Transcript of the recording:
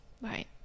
Right